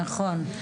נכון.